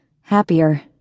happier